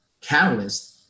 catalyst